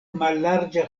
mallarĝa